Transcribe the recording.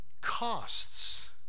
costs